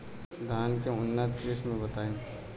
धान के उन्नत किस्म बताई?